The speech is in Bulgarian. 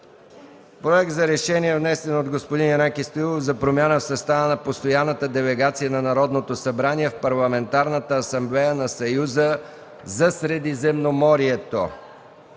Проект за решение, внесен от Янаки Стоилов: „Проект РЕШЕНИЕ за промяна в състава на Постоянната делегация на Народното събрание в Парламентарната асамблея на Съюза за Средиземноморието